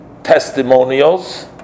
testimonials